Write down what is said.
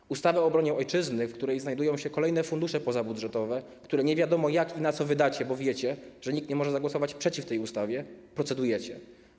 Nad ustawą o obronie Ojczyzny, w której znajdują się kolejne fundusze pozabudżetowe, które nie wiadomo, jak i na co wydacie, bo wiecie, że nikt nie może zagłosować przeciw tej ustawie, procedujecie.